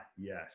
yes